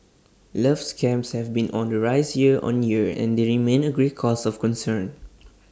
love scams have been on the rise year on year and they remain A great cause of concern